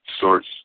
source